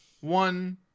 one